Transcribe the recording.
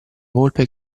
volpe